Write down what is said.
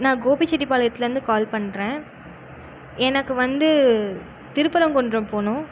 நான் கோபிசெட்டிபாளையத்துலருந்து கால் பண்ணுறன் எனக்கு வந்து திருப்பரங்குன்றம் போகனும்